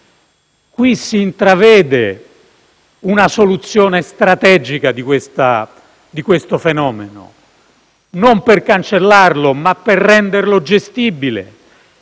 Qui si intravede una soluzione strategica del fenomeno, non per cancellarlo, ma per renderlo gestibile,